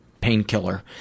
painkiller